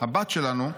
הבת שלנו,